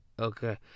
okay